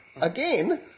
Again